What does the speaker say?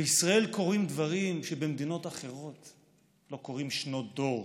בישראל קורים דברים שבמדינות אחרות לא קורים שנות דור.